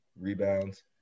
rebounds